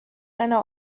einer